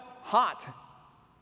hot